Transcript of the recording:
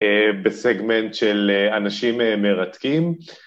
בסגמנט של אנשים מרתקים